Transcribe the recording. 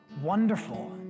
wonderful